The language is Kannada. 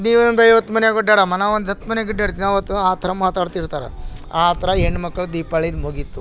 ನೀವು ಒಂದು ಐವತ್ತು ಮನೆಯಾಗ್ ಅಡ್ಡಾಡೋಣ ನಾವೊಂದು ಹತ್ತು ಮನೆಯಾಗ್ ಅಡ್ಡಾಡ್ತೀವಿ ಆವತ್ತು ಆ ಥರ ಮಾತಾಡ್ತಿರ್ತಾರೆ ಆ ಥರ ಹೆಣ್ ಮಕ್ಳಿಗೆ ದೀಪಾವಳಿದ್ ಮುಗಿತು